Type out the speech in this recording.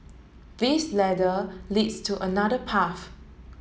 this ladder leads to another path